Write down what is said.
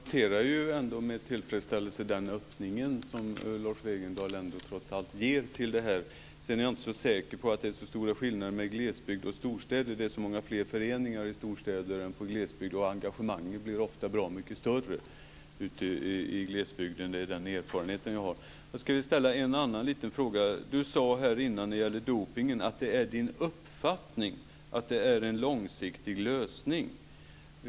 Fru talman! Jag noterar med tillfredsställelse den öppning som Lars Wegendal trots allt ger. Sedan är jag inte så säker på att det är så stora skillnader mellan storstäder och glesbygder. Det finns många fler föreningar i storstäderna än i glesbygden. Engagemanget blir därför mycket större i glesbygden, det är den erfarenhet som jag har. Jag vill ställa en annan fråga. Lars Wegendal sade om dopningen att det är hans uppfattning att det handlar om en långsiktig lösning.